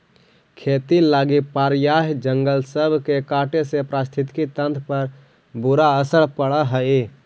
खेती लागी प्रायह जंगल सब के काटे से पारिस्थितिकी तंत्र पर बुरा असर पड़ हई